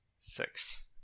Six